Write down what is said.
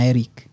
Eric